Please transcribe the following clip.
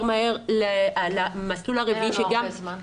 בקצרה בבקשה.